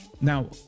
now